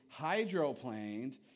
hydroplaned